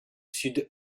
sud